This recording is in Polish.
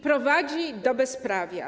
To prowadzi do bezprawia.